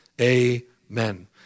Amen